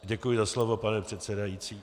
Děkuji za slovo, pane předsedající.